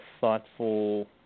thoughtful